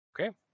Okay